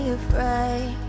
afraid